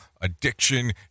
Addiction